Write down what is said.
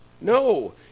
No